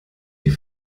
die